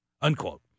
unquote